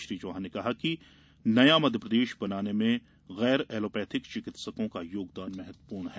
श्री चौहान ने कहा कि नया मध्यप्रदेश बनाने में गैर एलोपैथिक चिकित्सकों का योगदान महत्वपूर्ण है